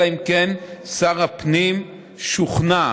אלא אם כן שר הפנים שוכנע